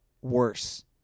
worse